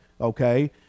okay